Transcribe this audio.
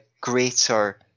greater